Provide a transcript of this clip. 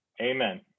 Amen